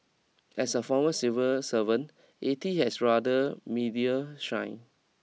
as a former civil servant A T has rather media shy